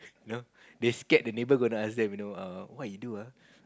know they scared the neighbour gonna ask them you know what you do ah